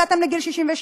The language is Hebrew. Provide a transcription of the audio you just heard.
הגעתן לגיל 62,